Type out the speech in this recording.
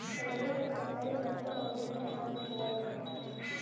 रउआ सभ बताई मरचा कवने महीना में बोवल जाला?